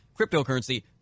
cryptocurrency